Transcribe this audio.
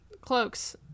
cloaks